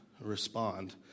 respond